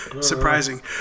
Surprising